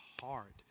heart